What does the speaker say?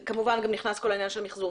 וכמובן נכנס גם כל העניין של מיחזור.